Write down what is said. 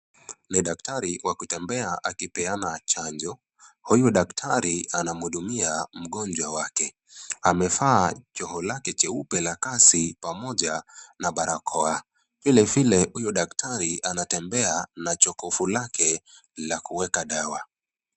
Ni daktari wa kutembea akipeana chanjo. Huyu daktari anamhudumia mgonjwa wake. Amevaa joho lake jeupe la kazi pamoja na barakoa. Vile vile huyu daktari anatembea na jokofu lake la kuweka dawa.